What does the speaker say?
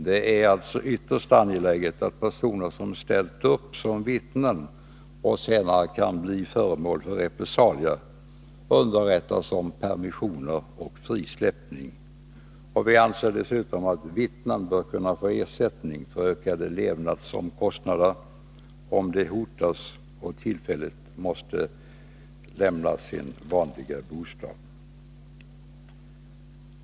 Det är ytterst angeläget att personer som ställt upp som vittnen och senare kan bli föremål för repressalier underrättas om permissioner och frisläpp ningar. Vi anser dessutom att vittnena bör kunna få ersättning för ökade levnadsomkostnader om de hotas och tillfälligt måste lämna sin vanliga bostad.